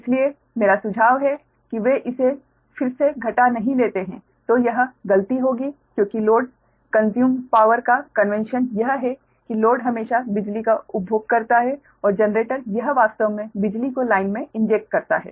इसलिए मेरा सुझाव है कि वे इसे फिर से घटा नहीं लेते हैं तो यह गलती होगी क्योंकि लोड कंस्यूम पावर का कन्वेन्शन यह है की लोड हमेशा बिजली का उपभोग करता है और जनरेटर यह वास्तव में बिजली को लाइन में इंजेक्ट करता है